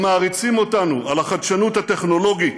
הם מעריצים אותנו על החדשנות הטכנולוגית,